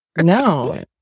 No